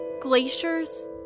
glaciers